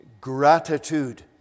gratitude